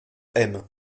aime